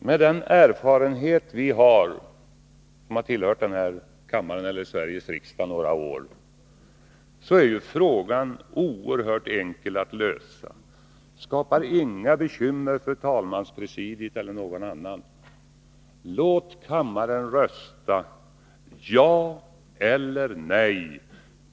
Enligt den erfirenhet som vi som har tillhört Sveriges riksdag några år har är frågan oerhört enkel att lösa utan att det skapar några bekymmer för talmarspresidiet eller någon annan: Låt kammaren rösta ja eller nej